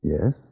Yes